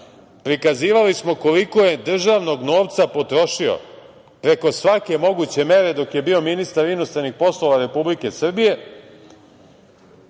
Prikazivali smo koliko je državnog novca potrošio preko svake moguće mere dok je bio ministar inostranih poslova Republike Srbije,